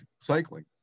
cycling